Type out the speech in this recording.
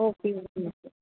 okay okay okay